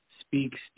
speaks